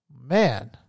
man